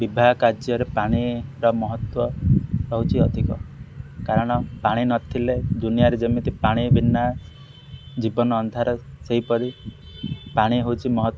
ବିବାହ କାର୍ଯ୍ୟରେ ପାଣିର ମହତ୍ତ୍ଵ ହେଉଛି ଅଧିକ କାରଣ ପାଣି ନଥିଲେ ଦୁନିଆରେ ଯେମିତି ପାଣି ବିନା ଜୀବନ ଅନ୍ଧାର ସେହିପରି ପାଣି ହେଉଛି ମହତ୍ତ୍ଵ